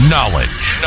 Knowledge